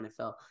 NFL